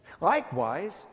likewise